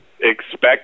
expect